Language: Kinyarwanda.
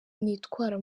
nitwara